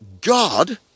God